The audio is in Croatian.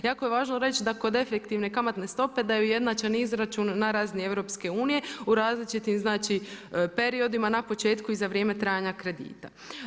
Jako je važno reći da kod efektivne kamatne stope da je ujednačen izračun na razini EU, u različitim znači periodima na početku i za vrijeme trajanja kredita.